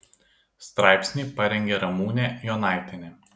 straipsnį parengė ramūnė jonaitienė